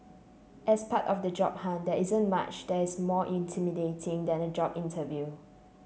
as part of the job hunt there isn't much that is more intimidating than a job interview